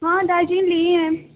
ہاں ڈائیجین لیے ہیں